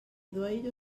ddweud